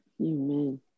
Amen